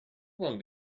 one